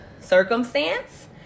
circumstance